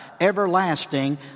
everlasting